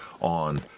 on